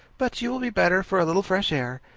but you will be better for a little fresh air.